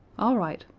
all right.